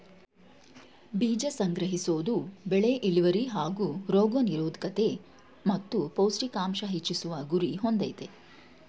ಬೀಜ ಸಂಗ್ರಹಿಸೋದು ಬೆಳೆ ಇಳ್ವರಿ ಹಾಗೂ ರೋಗ ನಿರೋದ್ಕತೆ ಮತ್ತು ಪೌಷ್ಟಿಕಾಂಶ ಹೆಚ್ಚಿಸುವ ಗುರಿ ಹೊಂದಯ್ತೆ